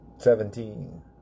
Seventeen